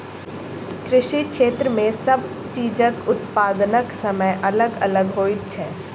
कृषि क्षेत्र मे सब चीजक उत्पादनक समय अलग अलग होइत छै